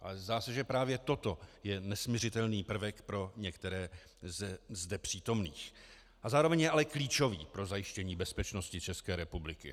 Ale zdá se, že právě toto je nesmiřitelný prvek pro některé ze zde přítomných, a zároveň je ale klíčový pro zajištění bezpečnosti České republiky.